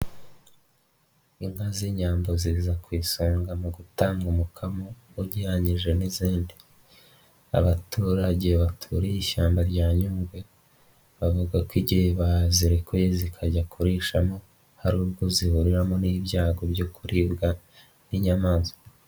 Inka z'inyambo ziza ku isonga mu gutanga umukamo ugereyije n'izindi, abaturage baturiye ishyamba rya Nyungwe bavuga ko igihe bazirekuye zikajya kurishamo hari ubwo zihuriramo n'ibyago byo kuribwa n'inyamaswa.